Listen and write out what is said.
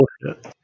bullshit